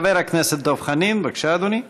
חבר הכנסת דב חנין, בבקשה, אדוני.